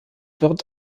wird